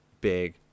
big